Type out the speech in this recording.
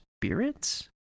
Spirits